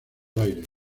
aires